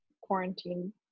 quarantine